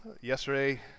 Yesterday